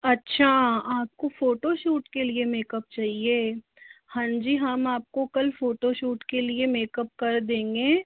अच्छा आपको फोटोशूट के लिए मेकअप चाहिए हाँ जी हम आपको कल फोटोशूट के लिए मेकअप कर देंगे